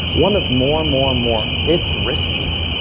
one of more, and more, and more, it's risky.